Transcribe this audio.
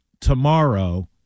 tomorrow